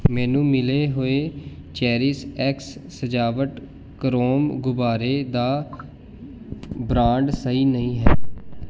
ਮੈਨੂੰ ਮਿਲੇ ਹੋਏ ਚੈਰੀਸਐਕਸ ਸਜਾਵਟ ਕਰੋਮ ਗੁਬਾਰੇ ਦਾ ਬ੍ਰਾਂਡ ਸਹੀ ਨਹੀਂ ਹੈ